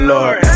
Lord